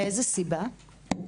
מאיזו סיבה?